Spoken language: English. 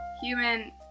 human